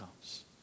comes